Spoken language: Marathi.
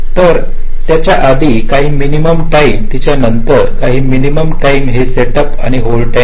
तर त्याच्या आधीचा काही मिनिमम टाईम तिच्या नंतरचा काही मिनिमम टाईम हे सेटअप आणि होल्ड आहेत